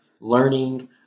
learning